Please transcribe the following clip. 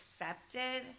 accepted